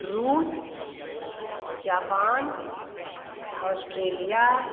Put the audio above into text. Russia Japan Australia